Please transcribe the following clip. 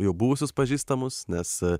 jau buvusius pažįstamus nes